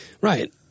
Right